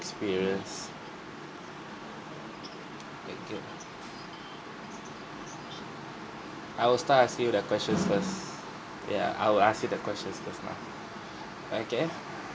experience thank you I will start asking you the questions first ya I will ask you the questions first lah okay